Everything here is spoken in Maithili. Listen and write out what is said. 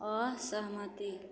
असहमति